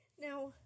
Now